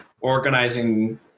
organizing